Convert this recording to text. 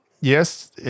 yes